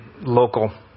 local